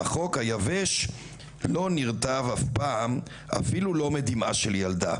החוק היבש לא נרטב אף פעם / אפילו לא מדמעה של ילדה.